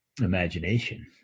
imagination